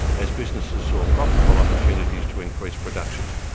as businesses saw profitable opportunities to increase production.